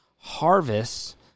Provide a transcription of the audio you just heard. harvests